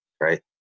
right